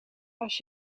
als